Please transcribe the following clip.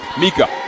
Mika